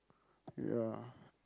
ya